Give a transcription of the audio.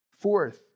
Fourth